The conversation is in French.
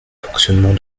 fonctionnement